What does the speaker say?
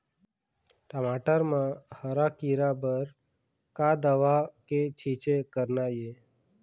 टमाटर म हरा किरा बर का दवा के छींचे करना ये?